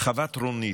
חוות רונית.